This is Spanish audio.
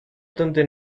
donde